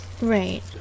Right